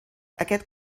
aquest